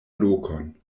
lokon